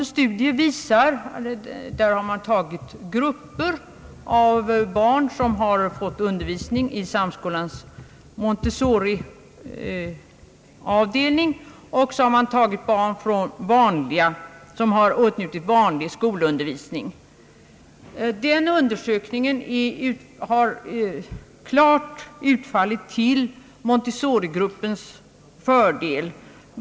En studie, där man jämfört barn som fått undervisning vid Samskolans Montessoriavdelning och barn som åtnjutit vanlig skolundervisning, har klart utfallit till Montessorigruppens fördel.